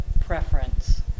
preference